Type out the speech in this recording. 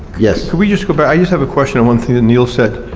yes. could we just go back, i just have a question on one thing that neal said.